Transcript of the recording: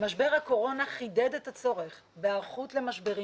משבר הקורונה חידד את הצורך בהיערכות למשברים